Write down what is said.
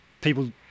people